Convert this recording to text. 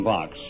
Box